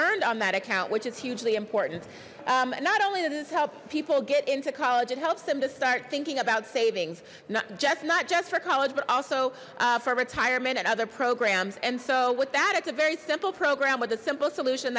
earned on that account which is hugely important not only does this help people get into college it helps them to start thinking about savings not just not just for college but also for retirement and other programs and so with that it's a very simple program with a simple solution